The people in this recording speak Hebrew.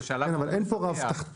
כן, אבל אין כאן רף תחתון.